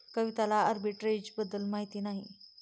कविताला आर्बिट्रेजबद्दल माहिती नाही